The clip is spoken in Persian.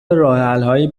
راهحلهای